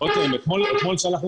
אם אליו התכוונת.